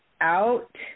out